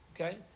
Okay